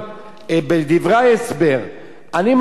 אני מתחיל קודם כול ממגילת העצמאות,